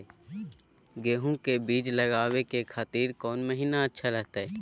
गेहूं के बीज लगावे के खातिर कौन महीना अच्छा रहतय?